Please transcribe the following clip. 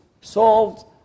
solved